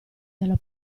dalla